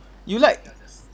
you like